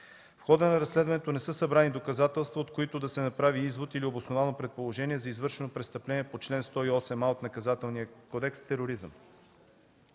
В хода на разследването не са събрани доказателства, от които да се направи извод или обосновано предположение за извършено престъпление по чл. 108а от Наказателния кодекс – тероризъм.